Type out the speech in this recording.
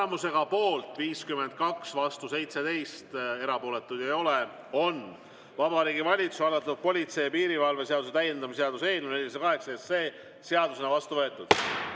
Tulemusega poolt 52, vastu 17, erapooletuid ei ole, on Vabariigi Valitsuse algatatud politsei ja piirivalve seaduse täiendamise seaduse eelnõu 408 seadusena vastu võetud.